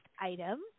item